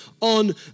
on